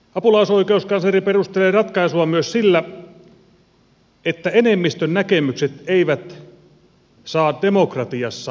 apulaisoikeuskansleri perustelee ratkaisuaan myös sillä että enemmistön näkemykset eivät saa demokratiassa aina voittaa